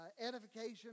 edification